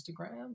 Instagram